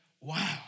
wow